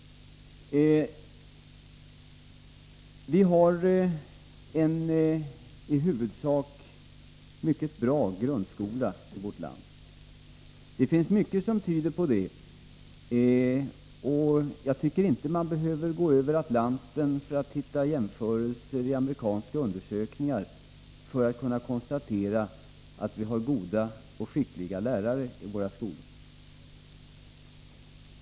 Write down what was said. Vi har en i huvudsak mycket bra grundskola i vårt land. Det finns mycket som visar detta, och jag tycker inte att man behöver gå över Atlanten och göra jämförelser i amerikanska undersökningar för att kunna konstatera att vi har goda och skickliga lärare i våra skolor.